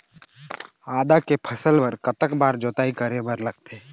आदा के फसल बर कतक बार जोताई करे बर लगथे?